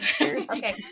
okay